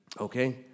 okay